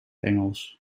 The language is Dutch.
engels